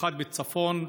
במיוחד בצפון,